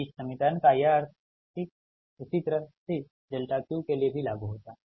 इस समीकरण का यह अर्थ ठीक उसी तरह से Q के लिए भी लागू होता है